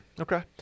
Okay